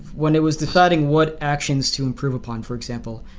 when it was deciding what actions to improve upon, for example,